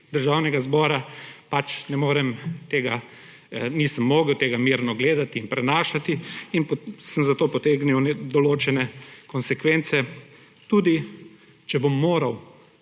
Državnega zbora nisem mogel tega mirno gledati in prenašati in sem zato potegnil določene konsekvence, tudi če bom moral